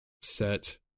Set